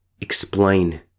explain